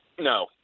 No